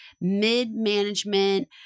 mid-management